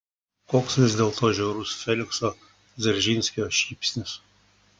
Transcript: koks vis dėlto žiaurus felikso dzeržinskio šypsnys